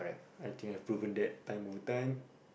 I thing I've proven that time over time